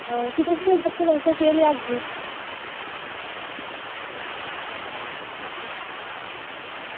हां ते तुस मेरे जागतै आस्तै केह् लेयागे